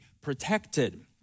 protected